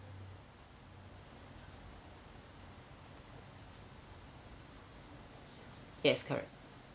yes correct